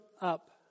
up